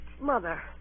Mother